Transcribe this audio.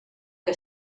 que